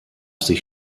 sich